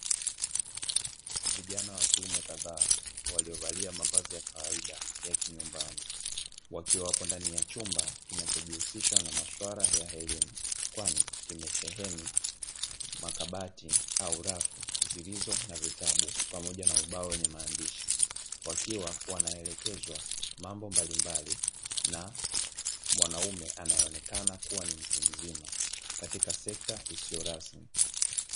Vijana wa kiume kadhaa waliovalia mavazi ya kawaida ya kinyunbani wakiwapo ndani ya chumba kinachojihusisha na masuala ya elimu kwani kimesheheni makabati au rafu zilizo na vitabu pamoja na ubao wenye maandishi; wakiwa wanaelekezwa mambo mbalimbali na mwanaume anayeonekana kuwa ni mtu mzima katika sekta isiyo rasmi.